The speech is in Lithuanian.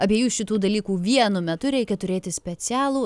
abiejų šitų dalykų vienu metu reikia turėti specialų